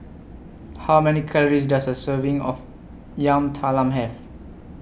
How Many Calories Does A Serving of Yam Talam Have